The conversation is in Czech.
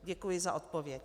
Děkuji za odpověď.